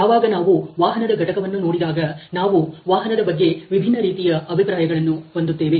ಯಾವಾಗ ನಾವು ವಾಹನದ ಘಟಕವನ್ನು ನೋಡಿದಾಗ ನಾವು ವಾಹನದ ಬಗ್ಗೆ ವಿಭಿನ್ನ ರೀತಿಯ ಅಭಿಪ್ರಾಯಗಳನ್ನು ಹೊಂದುತ್ತೇವೆ